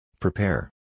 Prepare